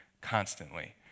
constantly